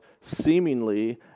seemingly